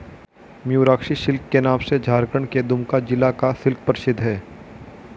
Mayurakshi silk के नाम से झारखण्ड के दुमका जिला का सिल्क प्रसिद्ध है